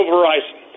Verizon